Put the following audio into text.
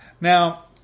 Now